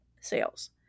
sales